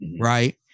Right